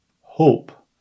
hope